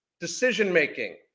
decision-making